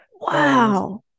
Wow